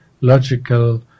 logical